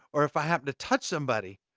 or if i happen to touch somebody,